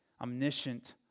omniscient